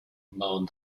moaned